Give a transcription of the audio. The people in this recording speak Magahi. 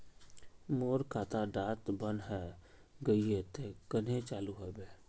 मोर खाता डा बन है गहिये ते कन्हे चालू हैबे?